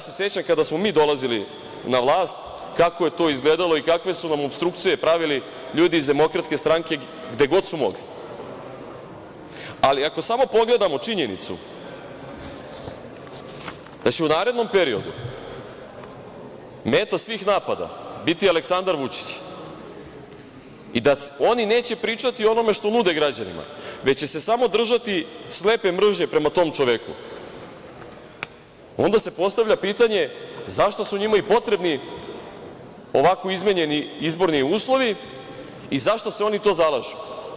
Sećam se kada smo mi dolazili na vlast kako je to izgledalo i kakve su nam opstrukcije pravili ljudi iz Demokratske stranke gde god su mogli, ali ako samo pogledamo činjenicu da će u narednom periodu meta svih napada biti Aleksandar Vučić i da oni neće pričati o onome što nude građanima, već se samo držati slepe mržnje prema tom čoveku, onda se postavlja pitanje – zašto su njima i potrebni ovako izmenjeni izborni uslovi i za šta se oni to zalažu?